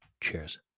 Cheers